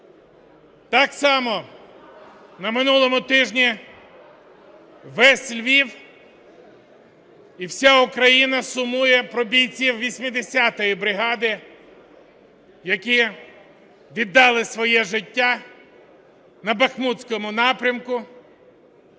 Так само на минулому тижні, весь Львів і вся Україна сумує про бійців 80-ї бригади, які віддали своє життя на Бахмутському напрямку,